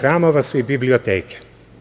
hramova su i biblioteke.